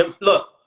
look